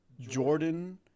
Jordan